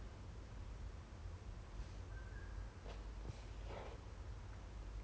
err oh 那个我不知道 because 那天我们只是 just go inside the err